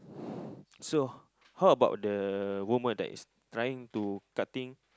so how about the woman that is trying to cutting